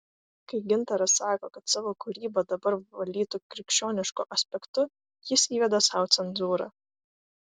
kai gintaras sako kad savo kūrybą dabar valytų krikščionišku aspektu jis įveda sau cenzūrą